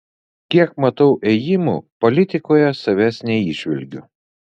kiek matau ėjimų politikoje savęs neįžvelgiu